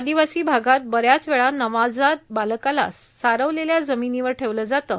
आदिवासी भागात बऱ्याच वेळा नवजात बालकाला सारवलेल्या जमिनीवर ठेवले जाते